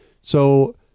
So-